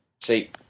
See